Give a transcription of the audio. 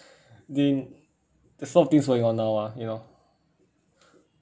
as in the sort of things going on now ah you know